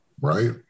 right